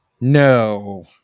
No